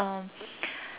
um